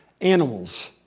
animals